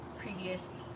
previous